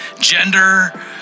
gender